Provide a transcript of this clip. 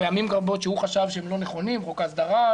פעמים רבות שהוא חשב שהם לא נכונים חוק ההסדרה,